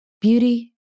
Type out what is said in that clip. Beauty